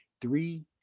three